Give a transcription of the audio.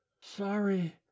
Sorry